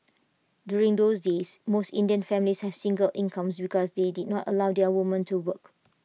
during those days most Indian families has single incomes because they did not allow their women to work